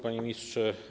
Panie Ministrze!